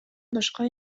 башка